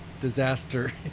disaster